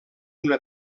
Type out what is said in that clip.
una